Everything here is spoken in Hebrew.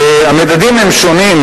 המדדים הם שונים,